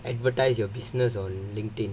advertise your business on LinkedIn